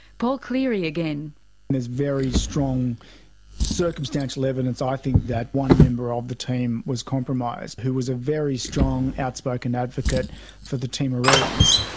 paul cleary there's very strong circumstantial evidence i think that one member of the team was compromised. he was a very strong outspoken advocate for the timorese,